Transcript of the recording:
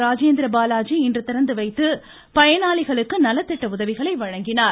ராஜேந்திர பாலாஜி இன்று திறந்து வைத்து பயனாளிகளுக்கு நலத்திட்ட உதவிகளை வழங்கினார்